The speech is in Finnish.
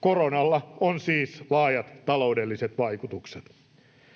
Koronalla on siis laajat taloudelliset vaikutukset.